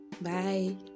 Bye